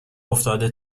افتاده